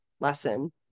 lesson